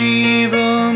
evil